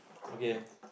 okay